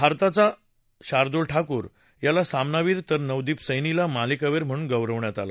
भारताचा शार्दुल ठाकूर याला सामनावीर तर नवदीप सर्पीला मालिकवीर म्हणून गौरवण्यात आलं